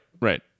right